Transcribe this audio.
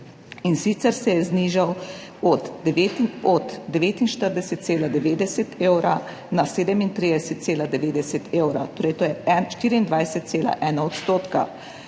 in sicer se je znižal od 49,90 evra na 37,90 evra, torej to je 24,1 %.